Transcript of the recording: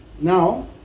Now